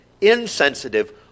insensitive